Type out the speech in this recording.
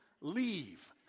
leave